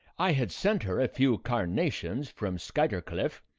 i had sent her a few carnations from skuytercliff,